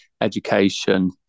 education